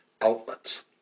outlets